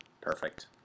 Perfect